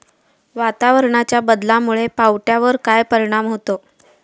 वातावरणाच्या बदलामुळे पावट्यावर काय परिणाम होतो?